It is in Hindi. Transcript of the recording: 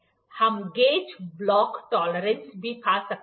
हम गेज ब्लॉक टॉलरेंस भी पा सकते हैं